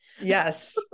Yes